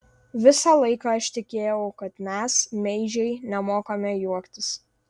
visą laiką aš tikėjau kad mes meižiai nemokame juoktis